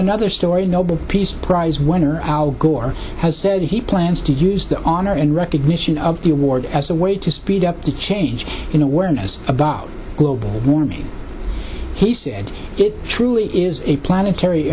another story noble peace prize winner al gore has said he plans to use that honor in recognition of the award as a way to speed up the change in awareness about global warming he said it truly is a planetary